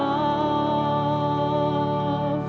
um